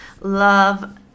love